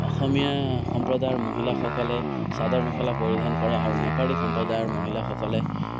অসমীয়া সম্প্ৰদায়ৰ মহিলাসকলে চাদৰ মেখেলা পৰিধান কৰে আৰু নেপালী সম্প্ৰদায়ৰ মহিলাসকলে